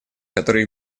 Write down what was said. который